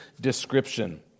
description